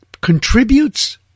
contributes